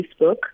Facebook